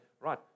right